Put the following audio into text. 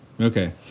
Okay